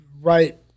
right